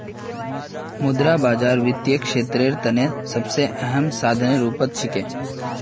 मुद्रा बाजार वित्तीय क्षेत्रेर तने सबसे अहम साधनेर रूपत छिके